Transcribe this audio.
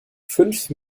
fünf